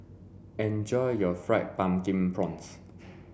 enjoy your fried pumpkin prawns